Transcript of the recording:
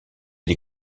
des